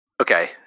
Okay